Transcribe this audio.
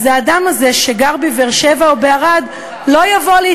האדם הזה, שגר בבאר-שבע או בערד, יבש ולא לח.